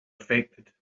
affected